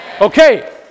Okay